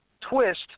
twist